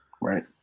right